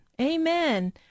Amen